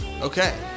Okay